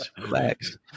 Relax